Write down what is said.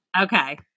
Okay